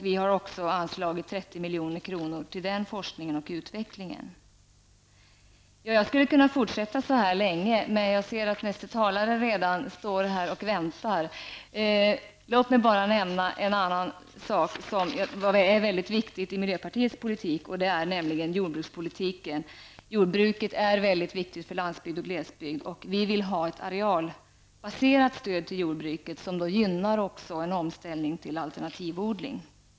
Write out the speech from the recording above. Vi har anslagit 30 milj.kr. till denna forskning och utveckling. Jag skulle kunna fortsätta länge och ge exempel, men jag ser att nästa talare redan står och väntar. Låt mig bara nämna ytterligare en sak som är mycket viktig i miljöpartiets politik, nämligen jordbrukspolitiken. Jordbruket är mycket viktigt för landsbygd och glesbygd, och vi vill ha ett arealbaserat stöd till jordbruket som gynnar också en omställning till alternativodling.